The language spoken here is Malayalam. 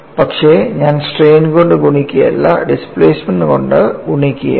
പക്ഷെ ഞാൻ സ്ട്രെയിൻ കൊണ്ട് ഗുണിക്കുകയല്ല ഡിസ്പ്ലേസ്മെൻറ് കൊണ്ട് ഗുണിക്കുകയുമാണ്